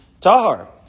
Tahar